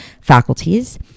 faculties